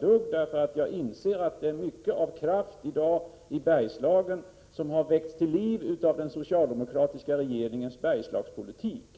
gjort detta. Jag inser att det i dag i Bergslagen finns många krafter som har väckts till liv av den socialdemokratiska regeringens Bergslagspolitik.